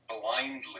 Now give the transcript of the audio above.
blindly